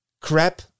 crap